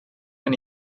and